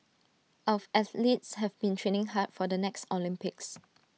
of athletes have been training hard for the next Olympics